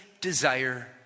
desire